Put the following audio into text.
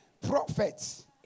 Prophets